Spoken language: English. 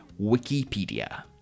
Wikipedia